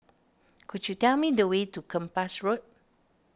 could you tell me the way to Kempas Road